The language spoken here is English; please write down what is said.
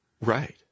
Right